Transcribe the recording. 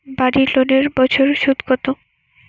বাড়ি লোনের বছরে সুদ কত?